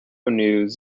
news